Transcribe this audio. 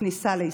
הכניסה לישראל,